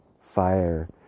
fire